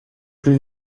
plus